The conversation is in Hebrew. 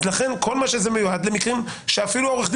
לכן זה מיועד למקרים שבהם אפילו עורך הדין